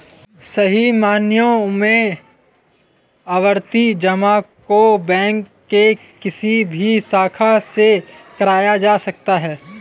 सही मायनों में आवर्ती जमा को बैंक के किसी भी शाखा से कराया जा सकता है